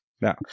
now